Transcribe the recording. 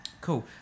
Cool